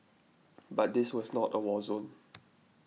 but this was not a war zone